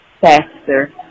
faster